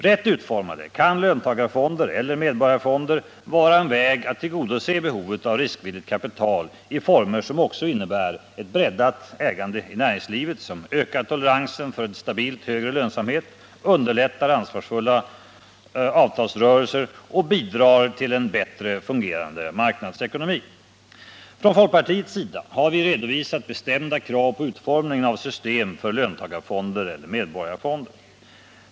Rätt utformade kan löntagarfonder eller medborgarfonder vara en väg att tillgodose behovet av riskvilligt kapital i former som också innebär ett breddat ägande i näringslivet, som ökar toleransen för en stabilt högre lönsamhet, underlättar ansvarsfulla avtalsrörelser och bidrar till en bättre fungerande marknadsekonomi. Från folkpartiets sida har vi redovisat bestämda krav på utformningen av system för löntagarfonder eller medborgarfonder.